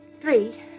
Three